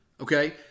okay